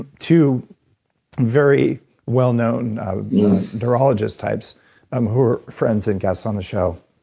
two very well known neurologist types um who are friends and guests on the show,